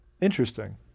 Interesting